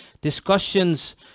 discussions